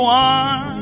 one